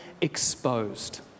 exposed